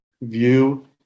view